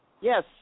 Yes